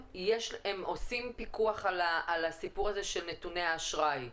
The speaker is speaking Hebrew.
עושים פיקוח על הסיפור הזה של נתוני האשראי.